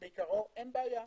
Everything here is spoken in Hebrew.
מעיקרו אין בעיה.